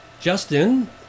Justin